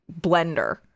blender